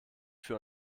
für